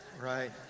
right